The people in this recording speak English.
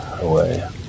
away